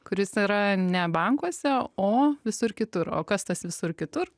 kuris yra ne bankuose o visur kitur o kas tas visur kitur